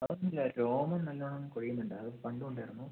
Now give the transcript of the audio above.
അതൊന്നുമില്ല രോമം നല്ലോണം കൊഴിയുന്നുണ്ട് അത് പണ്ടും ഉണ്ടായിരുന്നു